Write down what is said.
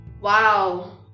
wow